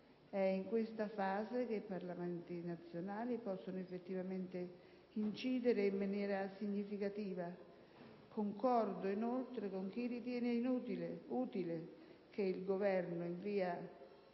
È in questa fase che i Parlamenti nazionali possono effettivamente incidere in maniera significativa. Concordo, inoltre, con chi ritiene utile che il Governo - in via